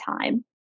time